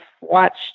watched